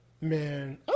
Man